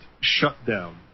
shutdown